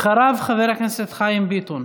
אחריו חבר הכנסת חיים ביטון.